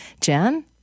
Jan